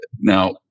Now